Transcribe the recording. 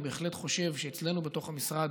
אני בהחלט חושב שאצלנו בתוך המשרד